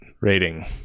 rating